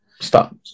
stop